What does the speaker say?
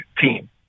team